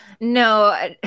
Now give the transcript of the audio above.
no